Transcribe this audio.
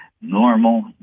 normal